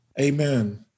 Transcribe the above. Amen